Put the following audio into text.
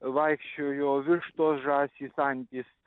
vaikščiojo vištos žąsys antys